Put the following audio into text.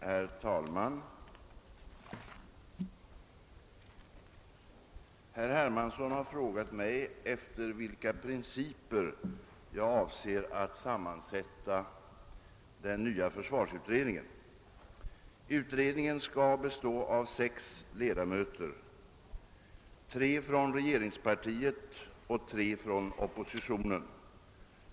Herr talman! Herr Hermansson har frågat mig efter vilka principer jag avser att sammansätta den nya försvarsutredningen. Utredningen skall bestå av sex ledamöter, tre från regeringspartiet och tre från oppositionen.